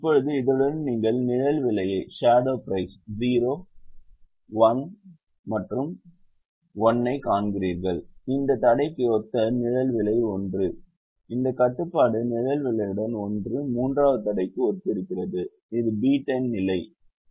இப்போது இதனுடன் நீங்கள் நிழல் விலையை 0 1 மற்றும் 1 எனக் காண்கிறீர்கள் இந்த தடைக்கு ஒத்த நிழல் விலை 1 இந்த கட்டுப்பாட்டு நிழல் விலையுடன் 1 மூன்றாவது தடைக்கு ஒத்திருக்கிறது இது B10 நிலை நிழல் விலை 0